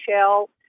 shell